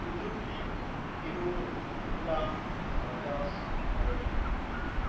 Suzuki Hero Honda Bajaj Maruti